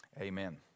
amen